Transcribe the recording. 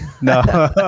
No